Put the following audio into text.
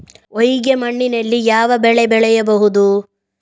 ಹೊಯ್ಗೆ ಮಣ್ಣಿನಲ್ಲಿ ಯಾವ ಬೆಳೆ ಬೆಳೆಯಬಹುದು?